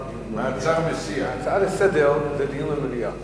דיון במליאה.